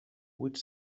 buits